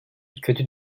kötü